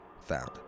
found